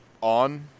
on